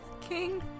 King